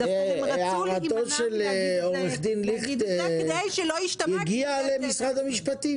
הערתו של עורך דין ליכט הגיעה למשרד המשפטים?